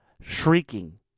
shrieking